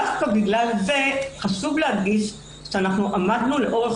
דווקא בגלל זה חשוב להדגיש שאנחנו עמדנו לאורך